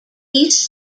east